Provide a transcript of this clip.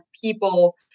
people